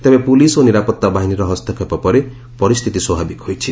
ତେବେ ପୁଲିସ୍ ଓ ନିରାପତ୍ତା ବାହିନୀର ହସ୍ତକ୍ଷେପ ପରେ ପରିସ୍ଥିତି ସ୍ୱାଭାବିକ ହୋଇଛି